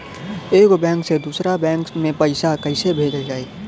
एगो बैक से दूसरा बैक मे पैसा कइसे भेजल जाई?